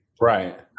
Right